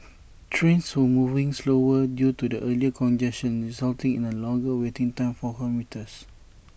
trains were moving slower due to the earlier congestion resulting in A longer waiting time for commuters